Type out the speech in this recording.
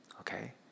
okay